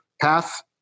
path